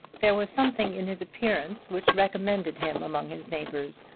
there was something in his appearance which recommended him among his neighbours,